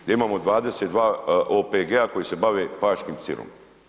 Gdje imam 22 OPG-a koji se bave paškim sirom.